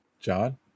John